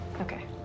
Okay